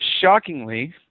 shockingly